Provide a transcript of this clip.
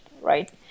right